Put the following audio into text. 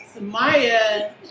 Maya